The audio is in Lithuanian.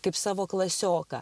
kaip savo klasioką